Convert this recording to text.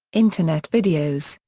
internet videos,